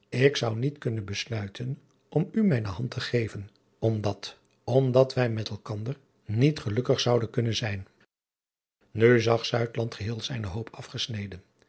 ik zou niet kunnen besluiten om u mijne hand te geven omdat omdat wij met elkander niet gelukkig zouden kunnen zijn u zag geheel zijne hoop afgesneden